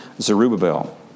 Zerubbabel